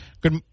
Good